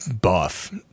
buff